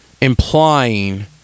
implying